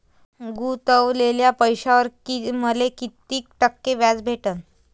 गुतवलेल्या पैशावर मले कितीक टक्के व्याज भेटन?